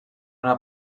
una